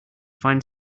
find